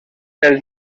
els